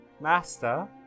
Master